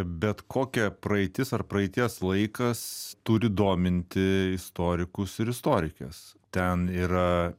bet kokia praeitis ar praeities laikas turi dominti istorikus ir istorikes ten yra